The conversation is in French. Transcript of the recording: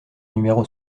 numéro